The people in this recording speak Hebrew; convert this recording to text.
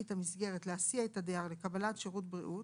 המסגרת להסיע את הדייר לקבלת שירות בריאות,